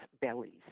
bellies